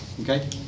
Okay